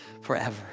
forever